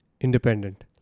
independent